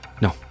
No